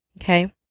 Okay